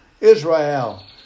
Israel